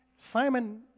Simon